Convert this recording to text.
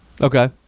Okay